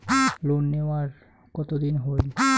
Loan নেওয়ার কতদিন হইল?